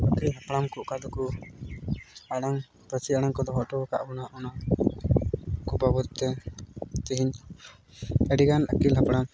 ᱟᱹᱜᱤᱞ ᱦᱟᱯᱲᱟᱢ ᱠᱚ ᱚᱠᱟ ᱫᱚᱠᱚ ᱟᱲᱟᱝ ᱯᱟᱹᱨᱥᱤ ᱟᱲᱟᱝ ᱠᱚ ᱫᱚᱦᱚ ᱦᱚᱴᱚ ᱠᱟᱜ ᱵᱚᱱᱟ ᱚᱱᱟ ᱠᱚ ᱵᱟᱵᱚᱫᱽ ᱛᱮ ᱛᱮᱦᱮᱧ ᱟᱹᱰᱤᱜᱟᱱ ᱟᱹᱜᱤᱞ ᱦᱟᱯᱲᱟᱢ